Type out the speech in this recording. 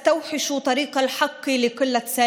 ההסכם הזה רחוק מאוד מהסכם שלום כלשהו.